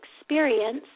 experience